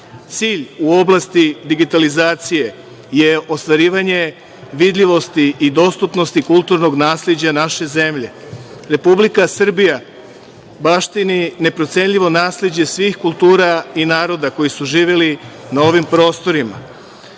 Cilj u oblasti digitalizacije je ostvarivanje vidljivosti i dostupnosti kulturnog nasleđa naše zemlje. Republika Srbija baštini neprocenljivo nasleđe svih kultura i naroda koji su živeli na ovim prostorima.